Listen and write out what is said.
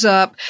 up